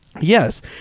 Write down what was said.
Yes